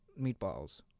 meatballs